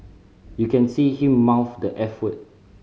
you can see him mouth the eff word